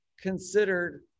considered